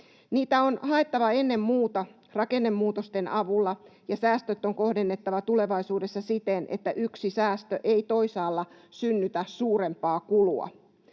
Niitä on haettava ennen muuta rakennemuutosten avulla, ja säästöt on kohdennettava tulevaisuudessa siten, että yksi säästö ei toisaalla synnytä suurempaa kulua.